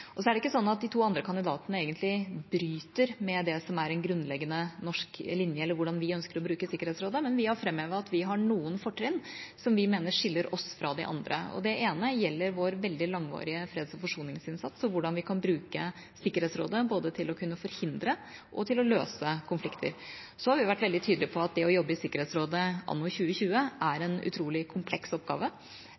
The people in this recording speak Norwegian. Så er det ikke sånn at de to andre kandidatene egentlig bryter med det som er en grunnleggende norsk linje, eller hvordan vi ønsker å bruke Sikkerhetsrådet, men vi har framhevet at vi har noen fortrinn som vi mener skiller oss fra de andre. Det ene gjelder vår veldig langvarige freds- og forsoningsinnsats, hvordan vi kan bruke Sikkerhetsrådet både til å kunne forhindre og til å løse konflikter. Så har vi vært veldig tydelig på at det å jobbe i Sikkerhetsrådet anno 2020 er